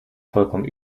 vollkommen